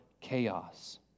chaos